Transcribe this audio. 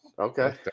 Okay